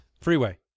Freeway